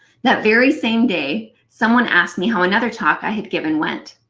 that very same day, someone asked me how another talk i had given went.